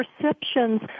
perceptions